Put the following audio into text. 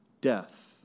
death